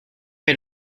mes